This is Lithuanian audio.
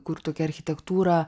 kur tokia architektūra